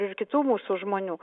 ir kitų mūsų žmonių